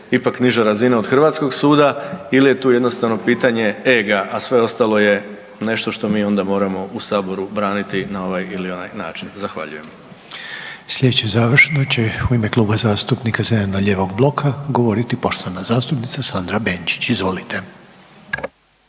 ipak niža razina od hrvatskog suda ili je tu jednostavno pitanje ega, a sve ostalo je nešto što mi onda moramo u Saboru braniti na ovaj ili onaj način. Zahvaljujem. **Reiner, Željko (HDZ)** Sljedeći završno će u ime Kluba zastupnika Zeleno-lijevog bloka govoriti poštovana zastupnica Sandra Benčić. Izvolite.